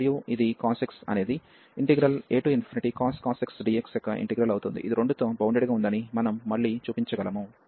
మరియు ఇది cos x అనేది acos x dx యొక్క ఇంటిగ్రల్ అవుతుంది ఇది 2 తో బౌండెడ్ గా ఉందని మనం మళ్ళీ చూపించగలము